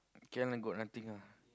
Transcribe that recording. K_L got nothing ah